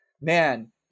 man